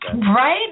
Right